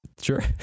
Sure